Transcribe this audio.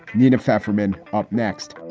nina, faffed woman. up next